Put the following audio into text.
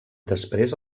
després